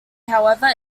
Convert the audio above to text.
however